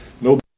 no